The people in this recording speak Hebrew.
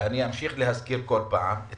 ואני אמשיך כל פעם להזכיר,